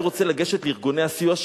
אני רוצה לגשת לארגוני הסיוע,